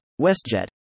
WestJet